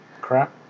crap